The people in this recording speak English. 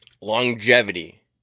longevity